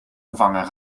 gevangen